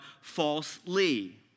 falsely